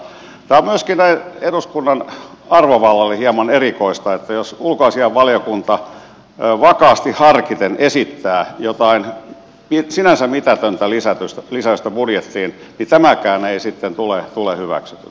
tämä on myöskin eduskunnan arvovallalle hieman erikoista että jos ulkoasiainvaliokunta vakaasti harkiten esittää jotain sinänsä mitätöntä lisäystä budjettiin niin tämäkään ei sitten tule hyväksytyksi